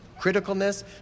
criticalness